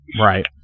right